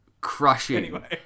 crushing